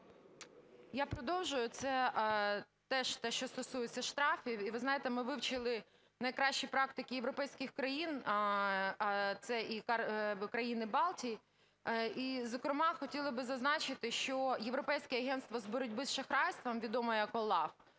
Я продовжую. Це теж те, що стосується штрафів, і ви знаєте, ми вивчили найкращі практики європейських країн, це і Країни Балтії, і, зокрема, хотіли б зазначити, що Європейське агентство з боротьби з шахрайством, відоме як OLAF,